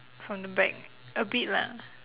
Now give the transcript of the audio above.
from the back a bit lah